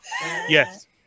Yes